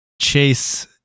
chase